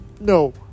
No